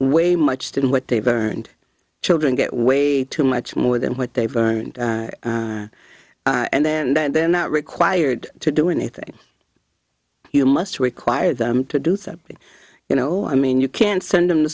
way much than what they've earned children get way too much more than what they've earned and then that they're not required to do anything you must require them to do so you know i mean you can't send them to